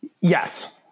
Yes